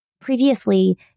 Previously